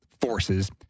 forces